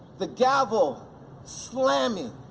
the gavel slamming.